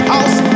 House